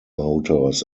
motors